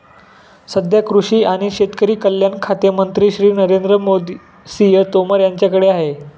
सध्या कृषी आणि शेतकरी कल्याण खाते मंत्री श्री नरेंद्र सिंह तोमर यांच्याकडे आहे